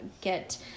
get